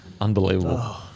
Unbelievable